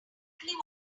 exactly